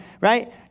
right